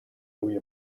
روی